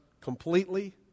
completely